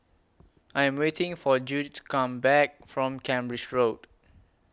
I Am waiting For Jude to Come Back from Cambridge Road